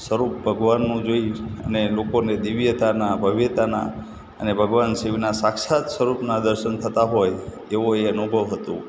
સ્વરૂપ ભગવાનનું જોઈ અને લોકોને દિવ્યતાના ભવ્યતાના અને ભગવાન શિવનાં સાક્ષાત સ્વરૂપના દર્શન થતા હોય એવો એ અનુભવ હતો